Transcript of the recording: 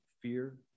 Fear